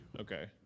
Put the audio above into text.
Okay